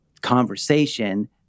conversation